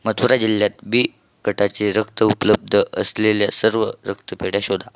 मथुरा जिल्ह्यात बी गटाचे रक्त उपलब्ध असलेल्या सर्व रक्तपेढ्या शोधा